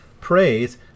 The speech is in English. praise